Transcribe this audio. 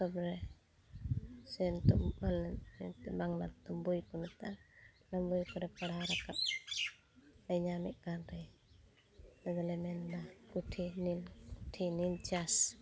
ᱯᱚᱛᱚᱵᱽᱨᱮ ᱥᱮ ᱱᱤᱛᱚᱜ ᱡᱟᱦᱟᱸ ᱵᱟᱝᱞᱟᱛᱮ ᱵᱳᱭᱠᱚ ᱢᱮᱛᱟᱜᱼᱟ ᱚᱱᱟ ᱵᱳᱭ ᱠᱚᱨᱮ ᱵᱳᱭ ᱠᱚᱨᱮ ᱯᱟᱲᱦᱟᱣᱟ ᱨᱟᱠᱟᱵ ᱧᱟᱢᱮᱫᱠᱟᱱ ᱨᱮ ᱟᱞᱮ ᱫᱚᱞᱮ ᱢᱮᱱᱫᱟ ᱠᱩᱴᱷᱤ ᱱᱤᱞᱠᱩᱴᱷᱤ ᱱᱤᱞᱪᱟᱥ